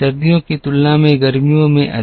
सर्दियों की तुलना में गर्मियों में अधिक